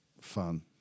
fun